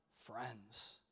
friends